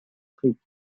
strict